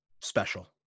special